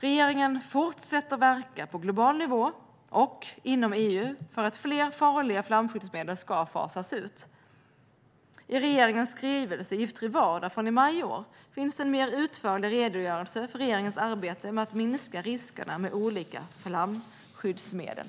Regeringen fortsätter att verka på global nivå och inom EU för att fler farliga flamskyddsmedel ska fasas ut. I regeringens skrivelse Giftfri vardag från maj i år finns en mer utförlig redogörelse för regeringens arbete för att minska riskerna med olika flamskyddsmedel.